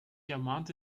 ermahnte